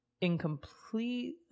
incomplete